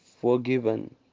forgiven